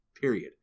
period